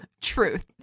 Truth